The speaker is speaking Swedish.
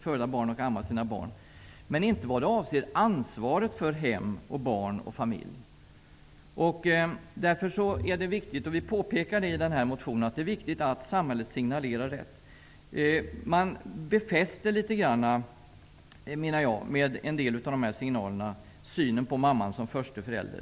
Men det behöver inte vara så i fråga om ansvaret för hem, barn och familj. Vi påpekar i motionen att det är viktigt att samhället ger rätt signaler. Med en del av dessa signaler befästs synen på mamman som förste förälder.